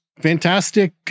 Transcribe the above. fantastic